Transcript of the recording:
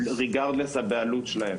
ריגרד לס הבעלות שלהם,